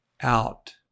out